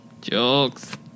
Jokes